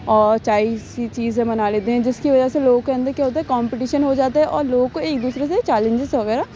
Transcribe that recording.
اور چائلس سی چیزیں بنا لیتے ہیں جس کی وجہ سے لوگوں کے اندر کیا ہوتا ہے کمپٹیشن ہو جاتا ہے اور لوگوں کو ایک دوسرے سے چیلینجز وغیرہ